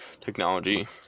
technology